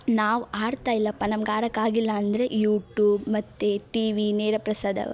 ನಾವು ಆಡ್ತಾ ಇಲ್ಲಪ್ಪ ನಮ್ಗೆ ಆಡಕ್ಕಾಗಿಲ್ಲ ಅಂದರೆ ಯೂಟೂಬ್ ಮತ್ತು ಟಿವಿ ನೇರ ಪ್ರಸಾದ